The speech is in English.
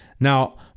Now